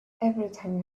everything